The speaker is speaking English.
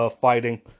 Fighting